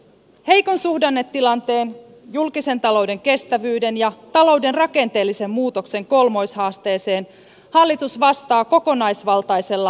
heikon suhdannetilanteen julkisen talouden kestävyyden ja talouden rakenteellisen muutoksen kolmoishaasteeseen hallitus vastaa kokonaisvaltaisella talouspolitiikan strategialla